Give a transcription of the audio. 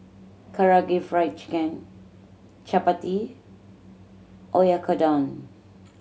Karaage Fried Chicken Chapati Oyakodon